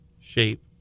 shape